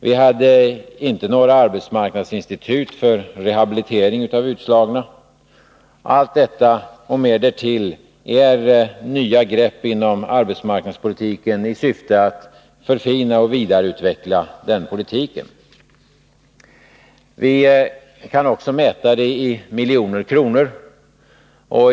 Vi hade inte några arbetsmarknadsinstitut för rehabilitering av utslagna. Allt detta och mer därtill är nya grepp inom arbetsmarknadspolitiken i syfte att förfina och vidareutveckla politiken. Vi kan också mäta det i miljoner kronor.